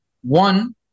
one